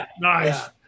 Nice